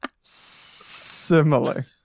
similar